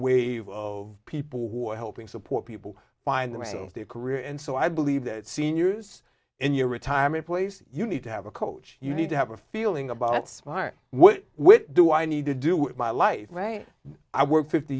wave of people who are helping support people find themselves their career and so i believe that seniors in your retirement place you need to have a coach you need to have a feeling about smart what do i need to do with my life right i work fifty